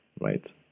right